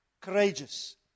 courageous